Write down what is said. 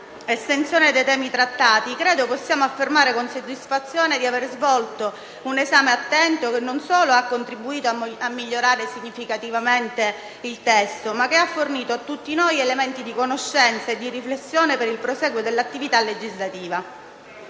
estensione dei temi trattati, credo possiamo affermare con soddisfazione di aver svolto un esame attento, che non solo ha contribuito a migliorare significativamente il testo, ma che ha fornito a tutti noi elementi di conoscenza e di riflessione per il prosieguo dell'attività legislativa.